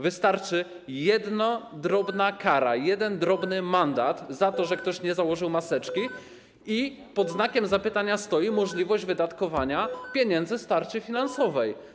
Wystarczy jedna drobna kara, jeden drobny mandat za to, że ktoś nie założył maseczki, i pod znakiem zapytania stoi możliwość wydatkowania pieniędzy z tarczy finansowej.